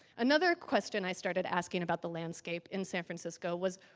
another question i started asking about the landscape in san francisco was,